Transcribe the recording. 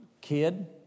kid